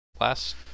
Last